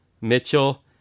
Mitchell